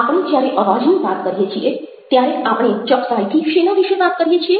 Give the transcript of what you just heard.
આપણે જ્યારે અવાજની વાત કરીએ છીએ ત્યારે આપણે ચોક્કસાઈથી શેના વિશે વાત કરીએ છીએ